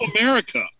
America